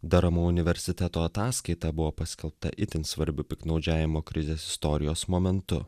daramo universiteto ataskaita buvo paskelbta itin svarbiu piktnaudžiavimo krizės istorijos momentu